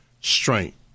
strength